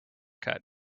cut